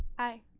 aye.